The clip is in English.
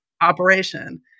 operation